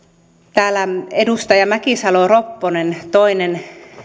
täällä edustaja mäkisalo ropponen toinen